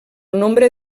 nombre